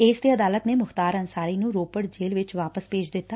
ਇਸ ਤੇ ਅਦਾਲਤ ਨੇ ਮੁਖਤਾਰ ਅੰਸਾਰੀ ਨੂੰ ਰੋਪੜ ਜੇਲੁ ਵਿਚ ਵਾਪਸ ਭੇਜ ਦਿੱਤਾ